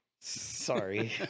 sorry